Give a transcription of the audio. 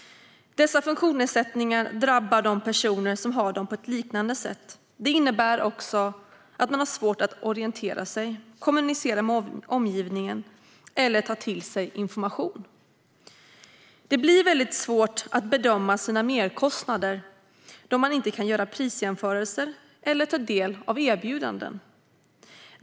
Dessa funktionsnedsättningar drabbar de personer som har dem på ett liknande sätt. Det innebär också att man har svårt att orientera sig, kommunicera med omgivningen eller ta till sig information. Det blir väldigt svårt att bedöma sina merkostnader då man inte kan göra prisjämförelser eller ta del av erbjudanden.